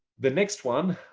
the next one,